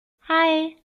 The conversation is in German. hei